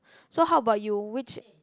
so how about you which